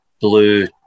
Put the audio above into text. blue